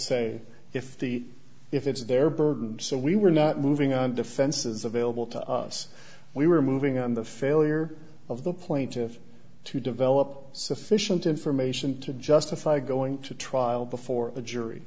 say if the if it's their burden so we were not moving on defenses available to us we were moving on the failure of the plaintiff to develop sufficient information to justify going to trial before a jury